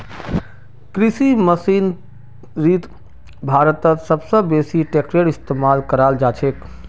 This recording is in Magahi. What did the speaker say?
कृषि मशीनरीत भारतत सब स बेसी ट्रेक्टरेर इस्तेमाल कराल जाछेक